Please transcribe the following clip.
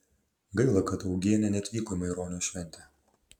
gaila kad augienė neatvyko į maironio šventę